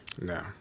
No